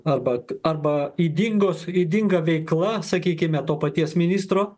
arba arba ydingos ydinga veikla sakykime to paties ministro